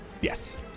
Yes